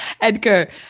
Edgar